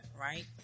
Right